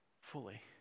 fully